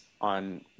on